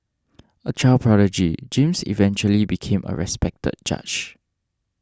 a child prodigy James eventually became a respected judge